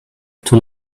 too